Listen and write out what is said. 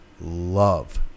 love